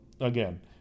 again